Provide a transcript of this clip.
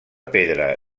pedra